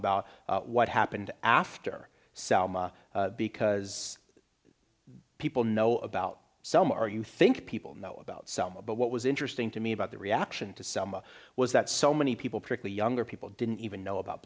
about what happened after selma because people know about some are you think people know about selma but what was interesting to me about the reaction to selma was that so many people prickly younger people didn't even know about